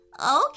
Okay